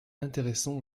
intéressant